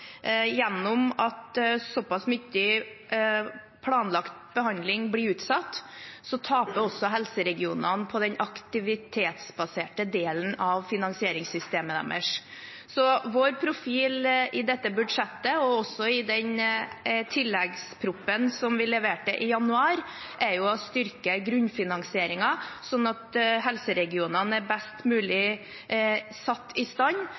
Gjennom at såpass mye planlagt behandling blir utsatt, taper også helseregionene på den aktivitetsbaserte delen av finansieringssystemet deres. Vår profil i dette budsjettet og også i den tilleggsproposisjonen vi leverte i januar, er å styrke grunnfinansieringen sånn at helseregionene er best mulig satt i stand